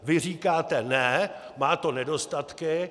Vy říkáte: Ne, má to nedostatky.